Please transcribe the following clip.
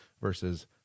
versus